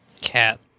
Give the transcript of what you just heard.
Cat